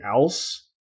else